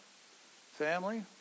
family